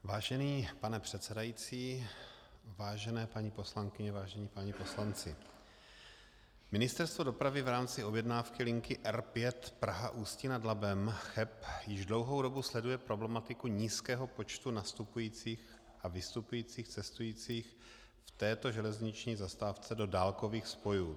Vážený pane předsedající, vážené paní poslankyně, vážení páni poslanci, Ministerstvo dopravy v rámci objednávky linky R5 Praha Ústí nad Labem Cheb již dlouhou dobu sleduje problematiku nízkého počtu nastupujících a vystupujících cestujících v této železniční zastávce do dálkových spojů.